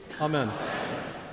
Amen